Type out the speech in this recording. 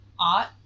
art